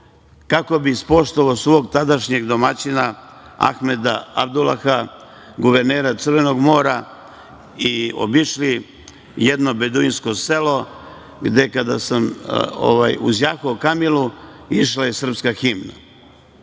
kako bih ispoštovao svog tadašnjeg domaćina Ahmeda Abdulaha, guvernera Crvenog mora. Obišli smo jedno beduinsko selo gde kada sam uzjahao kamilu je išla srpska himna.